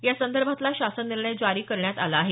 यासंदर्भातला शासन निर्णय जारी करण्यात आला आहे